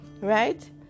right